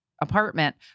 apartment